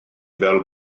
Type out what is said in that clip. fel